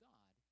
God